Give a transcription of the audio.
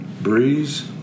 Breeze